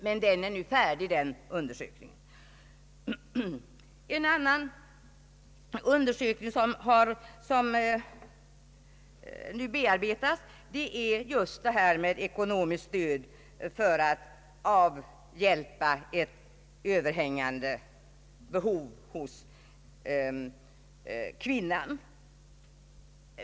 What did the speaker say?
Denna undersökning är nu färdig. Ett annat material som nu bearbetas är en undersökning om ekonomiskt stöd för att avhjälpa ett överhängande behov hos kvinnan.